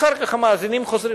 אחר כך המאזינים חוזרים.